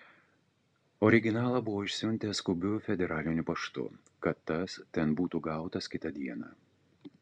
originalą buvo išsiuntęs skubiu federaliniu paštu kad tas ten būtų gautas kitą dieną